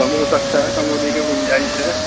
کم ہو سکتا ہے کم ہونے کے گنجائش ہے